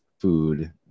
food